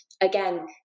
again